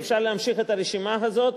ואפשר להמשיך את הרשימה הזאת,